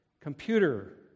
computer